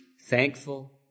Thankful